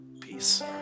Peace